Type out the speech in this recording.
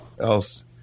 else